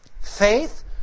faith